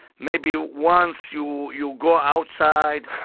maybe once you you go outside.